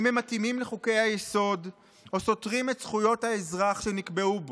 "האם הם מתאימים לחוק-היסוד או סותרים את זכויות האזרח שנקבעו בו.